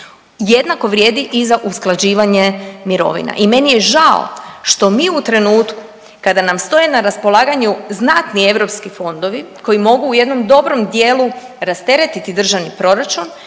Jednako vrijedi i za usklađivanje mirovina i meni je žao što mi u trenutku kada nam stoje na raspolaganju znatni europski fondovi koji mogu u jednom dobrom dijelu rasteretiti državni proračun,